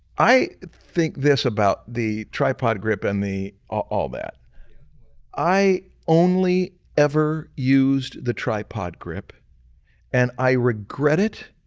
i think this about the tripod grip and the all that i only ever used the tripod grip and i regret it